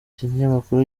kinyamakuru